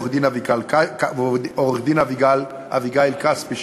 ועורכת-הדין אביגל כספי,